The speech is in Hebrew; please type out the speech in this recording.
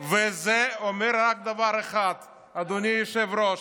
למה לא פינית את ח'אן אל-אחמר?